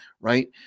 right